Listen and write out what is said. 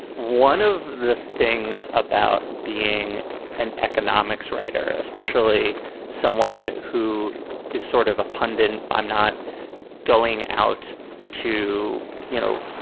one of the things about being an economics writer, especially someone who is sort of a pundit, and i'm not going out to, you know,